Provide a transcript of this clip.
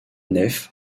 nef